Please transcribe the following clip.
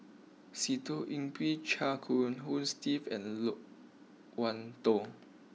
Sitoh Yih Pin Chia Hong Steve and Loke Wan Tho